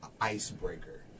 icebreaker